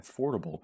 affordable